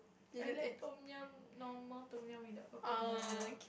I like Tom-yum normal Tom-yum without coconut milk